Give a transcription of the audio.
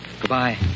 Goodbye